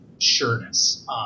sureness